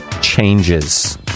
changes